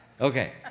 Okay